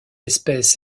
espèce